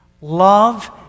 Love